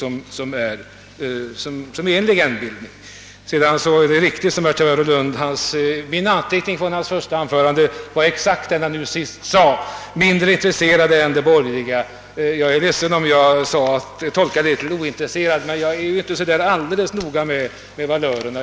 Jag hade från herr Nilssons i Tvärålund första anförande antecknat exakt den passus som han nu upprepade: socialdemokraterna är mindre intresserade än de borgerliga av familjedaghem. Jag är ledsen om jag tolkade »mindre intresserade» som »ointresserade», men jag är ju inte alltid så där noga med valörerna.